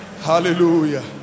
Hallelujah